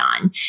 on